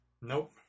Nope